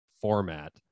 format